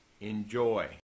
Enjoy